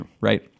right